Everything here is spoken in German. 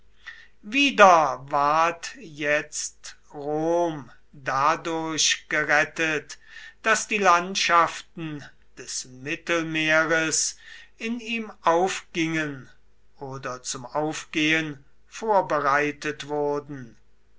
wieder ward jetzt rom dadurch gerettet daß die landschaften des mittelmeeres in ihm aufgingen oder zum aufgehen vorbereitet wurden